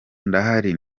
ndahari